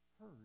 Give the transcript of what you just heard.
heard